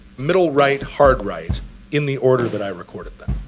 middle right, hard right in the order that i recorded them.